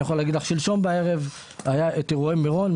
אני יכול להגיד לך לדוגמה ששלשום בערב היה את אירועי מירון,